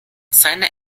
seiner